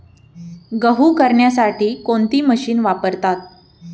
गहू करण्यासाठी कोणती मशीन वापरतात?